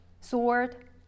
sword